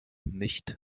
nicht